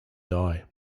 dye